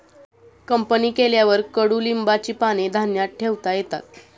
company केल्यावर कडुलिंबाची पाने धान्यात ठेवता येतात